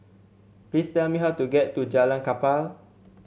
please tell me how to get to Jalan Kapal